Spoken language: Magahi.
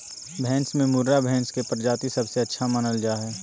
भैंस में मुर्राह भैंस के प्रजाति सबसे अच्छा मानल जा हइ